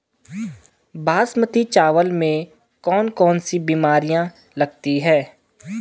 बासमती चावल में कौन कौन सी बीमारियां लगती हैं?